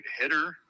hitter